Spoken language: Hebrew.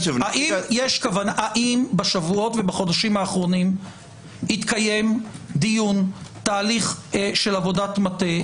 האם בשבועות ובחודשים האחרונים התקיים די בתהליך של עבודת מטה,